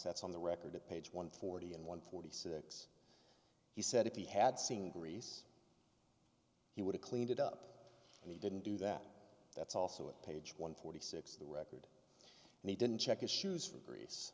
that's on the record at page one forty in one forty six he said if he had seen grease he would have cleaned it up and he didn't do that that's also at page one forty six the record and he didn't check his shoes for gre